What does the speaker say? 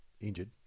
injured